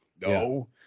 No